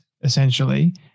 essentially